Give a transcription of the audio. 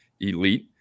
elite